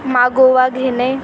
मागोवा घेणे